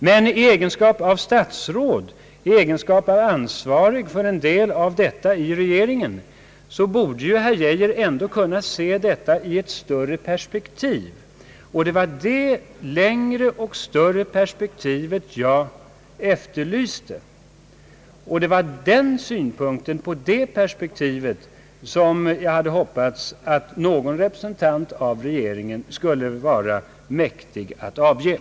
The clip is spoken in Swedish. I egenskap av statsråd och ansvarig för en del av detta ärendes behandling i regeringen borde herr Geijer emellertid kunna se saken i ett större perspektiv, och det var det längre och större perspektivet som jag hade hoppats att åtminstone någon representant för regeringen skulle vara mäktig att anlägga.